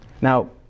Now